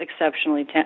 exceptionally